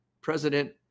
President